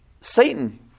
Satan